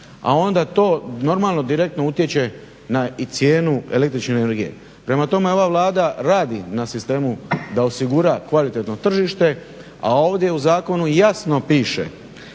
a onda to normalno direktno utječe i na cijenu električne energije. Prema tome, ova Vlada radi na sistemu da osigura kvalitetno tržište, a ovdje u zakonu jasno piše